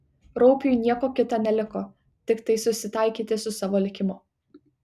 raupiui nieko kita neliko tiktai susitaikyti su savo likimu